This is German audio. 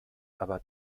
aber